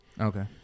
Okay